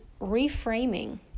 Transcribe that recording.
reframing